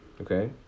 okay